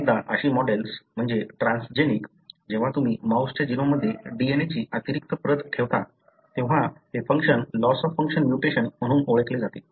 अनेकदा अशी मॉडेल्स म्हणजे ट्रान्सजेनिक जेव्हा तुम्ही माऊसच्या जीनोममध्ये DNA ची अतिरिक्त प्रत ठेवता तेव्हा ते function loss of function mutation ओळखले जाते